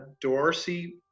Dorsey